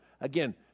Again